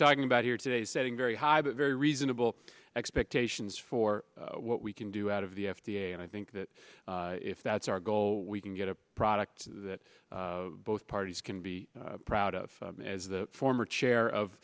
talking about here today setting very high very reasonable expectations for what we can do out of the f d a and i think that if that's our goal we can get a product that both parties can be proud of as the former chair of